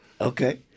Okay